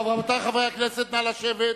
חברי הכנסת, נא לשבת.